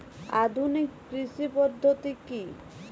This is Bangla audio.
আধুনিক কৃষি পদ্ধতি কী?